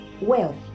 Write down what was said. wealth